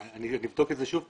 אני אבדוק את זה שוב.